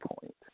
point